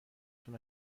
تون